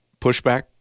pushback